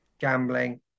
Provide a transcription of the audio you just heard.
gambling